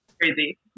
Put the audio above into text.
Crazy